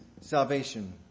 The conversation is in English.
Salvation